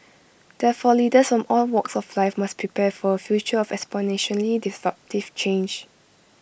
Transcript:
therefore leaders from all walks of life must prepare for A future of exponentially disruptive change